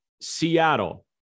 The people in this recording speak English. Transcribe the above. seattle